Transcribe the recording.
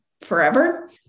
forever